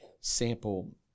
sample